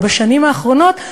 או בשנים האחרונות,